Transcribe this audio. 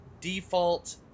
default